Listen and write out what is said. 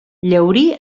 llaurí